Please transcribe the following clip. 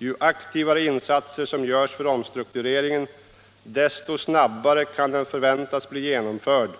Ju aktivare insatser som görs för omstruktureringen, desto snabbare kan den förväntas bli genomförd